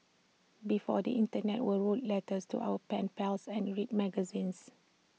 before the Internet we wrote letters to our pen pals and read magazines